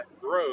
growth